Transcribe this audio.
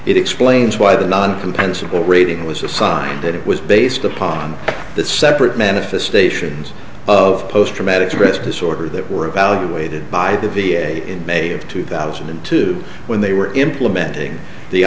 it explains why the non compensable rating was assigned it was based upon the separate manifestations of post traumatic stress disorder that were evaluated by the v a in may of two thousand and two when they were implementing the